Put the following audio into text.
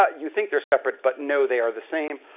ah you think they're separate, but no, they are the same,